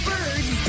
Birds